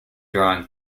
drawing